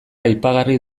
aipagarri